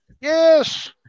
Yes